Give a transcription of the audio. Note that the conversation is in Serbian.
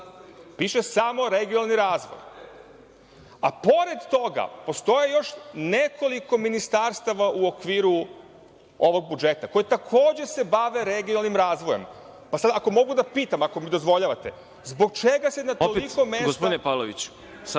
Piše samo regionalni razvoj, a pored toga postoje još nekoliko ministarstava u okviru ovog budžeta koja se takođe bave regionalnim razvojem. Sada, ako mogu da pitam, ako mi dozvoljavate, zbog čega se na toliko mesta…